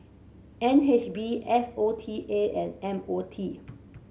N H B S O T A and M O T